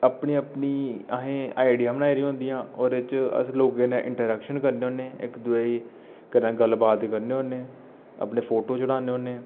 अपनी अपनी असें आईडियां बनाई दियां होंदियां ओह्दे च अस केह् इंटरैक्शन करने होन्ने इक दूए ई कन्नै गल्ल बात बी करने होन्ने अपने फोटो चढ़ाने होन्ने